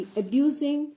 abusing